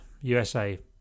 USA